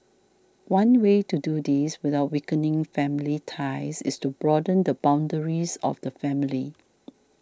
one way to do this without weakening family ties is to broaden the boundaries of the family